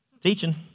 Teaching